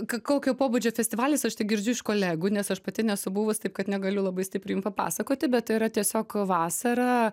k kokio pobūdžio festivalis aš tik girdžiu iš kolegų nes aš pati nesu buvus taip kad negaliu labai stipriai jum papasakoti bet tai yra tiesiog vasarą